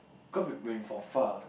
cause when from far